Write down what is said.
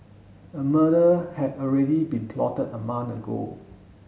a murder had already been plotted a month ago